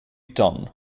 done